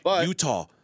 Utah